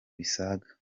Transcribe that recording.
bisaga